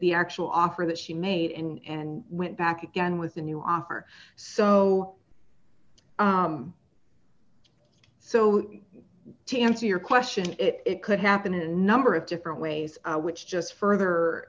the actual offer that she made and went back again with a new offer so so to answer your question it could happen in a number of different ways which just further